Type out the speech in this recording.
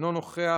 אינו נוכח.